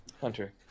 Hunter